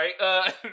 right